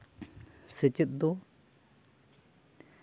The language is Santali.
ᱥᱮᱪᱮᱫ ᱫᱚ